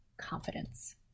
confidence